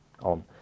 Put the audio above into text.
on